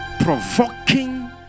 provoking